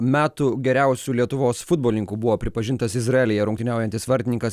metų geriausiu lietuvos futbolininku buvo pripažintas izraelyje rungtyniaujantis vartininkas